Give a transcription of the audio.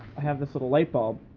i have this little light bulb.